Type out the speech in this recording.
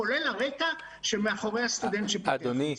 כולל הרקע שמאחורי --- אדוני,